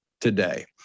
today